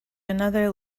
another